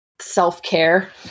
self-care